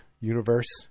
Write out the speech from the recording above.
universe